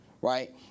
right